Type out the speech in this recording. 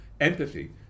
Empathy